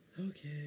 Okay